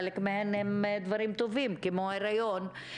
חלק מהן הם דברים טובים כמו היריון,